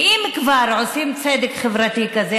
ואם כבר עושים צדק חברתי כזה,